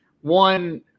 one